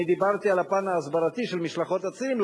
אני דיברתי על הפן ההסברתי של משלחות הצירים,